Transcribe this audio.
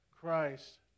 Christ